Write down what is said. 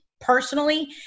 personally